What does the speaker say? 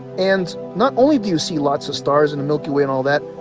and not only do you see lots of stars in the milky way and all that,